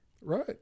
Right